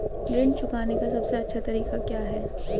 ऋण चुकाने का सबसे अच्छा तरीका क्या है?